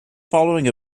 following